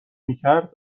میکرد